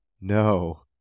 no